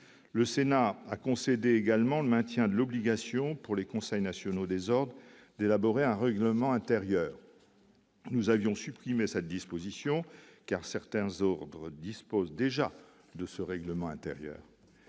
Il a concédé également le maintien de l'obligation, pour les conseils nationaux des ordres, d'élaborer un règlement intérieur. Nous avions supprimé cette disposition, car certains ordres disposent déjà d'un tel règlement.